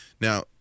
Now